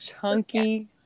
Chunky